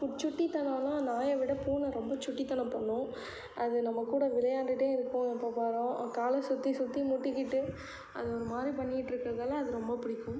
சுட்டித்தனலாம் நாயை விட பூனை ரொம்ப சுட்டித்தனம் பண்ணும் அது நம்ம கூட விளையாண்டுட்டே இருக்கும் எப்போ பாரும் காலை சுற்றி சுற்றி முட்டிக்கிட்டு அது ஒரு மாதிரி பண்ணிக்கிட்டு இருக்கிறதால அது ரொம்ப பிடிக்கும்